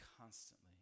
constantly